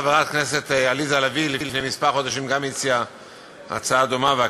גם חברת הכנסת עליזה לביא הציעה הצעה דומה לפני כמה חודשים,